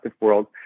world